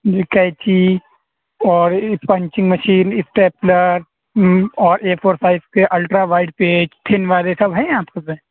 جی قینچی اور ایک پنچنگ مشین اسٹیپلر اور اے فور سائز کے الٹرا وائڈ پیج پن وغیرہ یہ سب ہیں آپ کے پاس